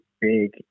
big